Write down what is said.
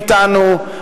היא אתנו,